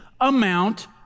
amount